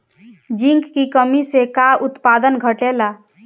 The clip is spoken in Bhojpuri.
जिंक की कमी से का उत्पादन घटेला?